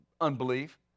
unbelief